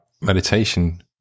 meditation